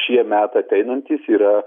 šie metai ateinantys yra